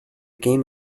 game